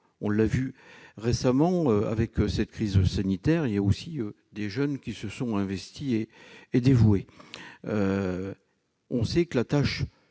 on l'a vu récemment lors de la crise sanitaire, il y a aussi des jeunes qui se sont investis et dévoués. On sait que la tâche